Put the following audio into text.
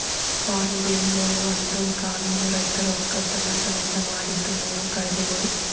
form ಬಿಲ್ಗೊಳು ಅಂದುರ್ ಕಾನೂನು ರೈತರ ಒಕ್ಕಲತನ ಸಲೆಂದ್ ಮಾಡಿದ್ದು ಮೂರು ಕಾಯ್ದೆಗೊಳ್